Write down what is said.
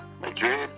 Madrid